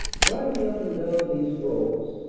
driving up and down these roads,